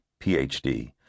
PhD